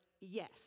yes